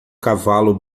cavalo